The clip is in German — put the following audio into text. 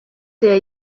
der